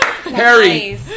Harry